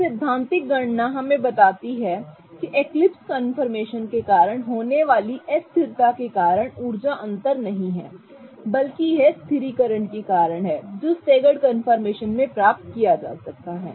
तो सैद्धांतिक गणना बताती है कि एक्लिप्स कन्फर्मेशन के कारण होने वाली अस्थिरता के कारण ऊर्जा अंतर नहीं है बल्कि यह स्थिरीकरण के कारण है जो स्टेगर्ड कंफर्मेशन में प्राप्त किया जा सकता है